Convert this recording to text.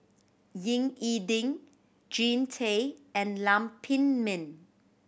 Ying E Ding Jean Tay and Lam Pin Min